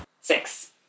six